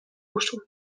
usu